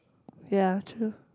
ya true